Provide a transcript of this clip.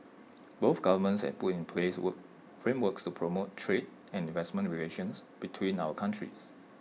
both governments have put in place work frameworks to promote trade and investment relations between our countries